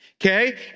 okay